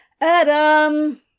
Adam